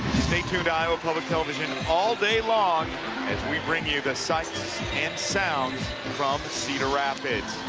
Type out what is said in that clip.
stay tuned to iowa public television all day long as we bring you the sites and sounds from cedar rapids.